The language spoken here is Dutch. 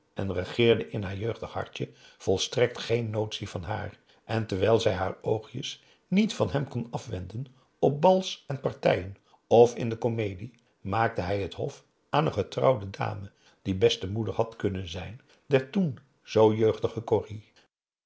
en regeerde in haar jeugdig hartje volstrekt geen notitie van haar en terwijl zij haar oogjes niet van hem kon afwenden op bals en partijen of in de komedie maakte hij het hof aan een getrouwde dame die best de moeder had kunnen zijn der toen zoo jeugdige corrie